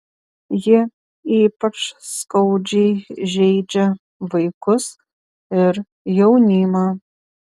ji ypač skaudžiai žeidžia vaikus ir jaunimą